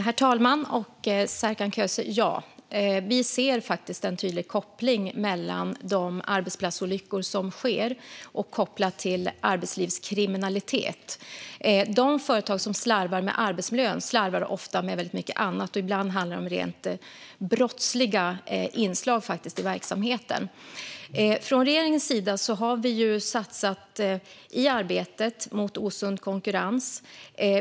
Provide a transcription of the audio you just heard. Herr talman! Ja, Serkan Köse. Vi ser faktiskt en tydlig koppling mellan de arbetsplatsolyckor som sker och arbetslivskriminalitet. De företag som slarvar med arbetsmiljön slarvar ofta med väldigt mycket annat. Ibland handlar det om rent brottsliga inslag i verksamheten. Från regeringens sida har vi satsat i arbetet mot osund konkurrens.